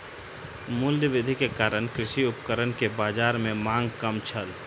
मूल्य वृद्धि के कारण कृषि उपकरण के बाजार में मांग कम छल